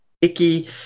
icky